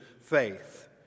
faith